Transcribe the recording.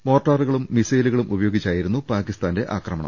മോർട്ടാ റുകളും മിസൈലുകളും ഉപയോഗിച്ചായിരുന്നു പാക്കിസ്ഥാന്റെ ആക്രമണം